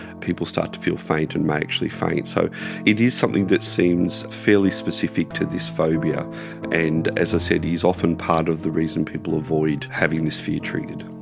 people start to feel faint and may actually faint. so it is something that seems fairly specific to this phobia and, as i said, is often part of the reason people avoid having this fear treated.